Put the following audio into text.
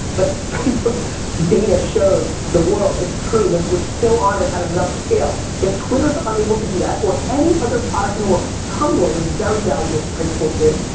but facebook's data shows the world, it's true, that we're still on it at enough scale. if twitter's unable to do that, or any other product in the world, tumblr was very valuable to high school kids,